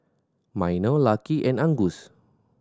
Minor Lucky and Angus